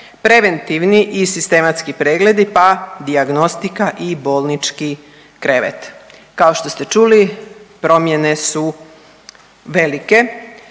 preventivni i sistematski pregledi pa dijagnostika i bolnički krevet. Kao što ste čuli promjene su velike